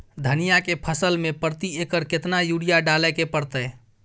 धनिया के फसल मे प्रति एकर केतना यूरिया डालय के परतय?